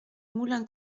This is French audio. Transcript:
moulin